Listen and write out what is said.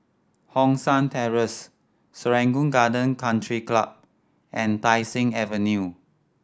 Hong San Terrace Serangoon Garden Country Club and Tai Seng Avenue